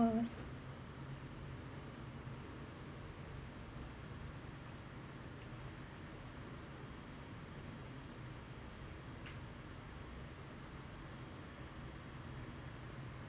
the most